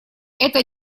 это